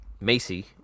Macy